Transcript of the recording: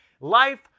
Life